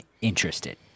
interested